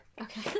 Okay